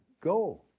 Go